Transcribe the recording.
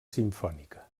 simfònica